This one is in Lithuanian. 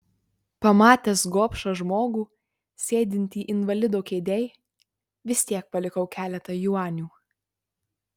pamatęs gobšą žmogų sėdintį invalido kėdėj vis tiek palikau keletą juanių